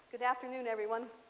good afternoon, everyone.